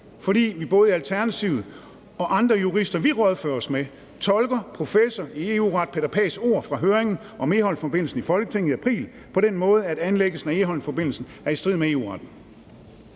fordi både vi i Alternativet og de jurister, vi rådfører os med, tolker professor i miljøret Peter Paghs ord fra høringen om Egholmforbindelsen i Folketinget i april på den måde, at anlæggelsen af Egholmforbindelsen er i strid med EU-retten.